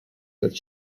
that